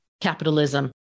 capitalism